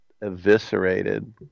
eviscerated